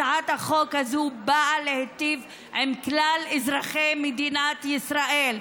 הצעת החוק הזו באה להיטיב עם כלל אזרחי מדינת ישראל,